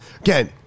again